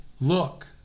look